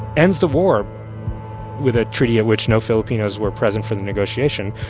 ends the war with a treaty at which no filipinos were present for the negotiation,